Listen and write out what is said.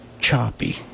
choppy